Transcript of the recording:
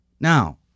Now